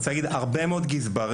הרבה מאוד גזברים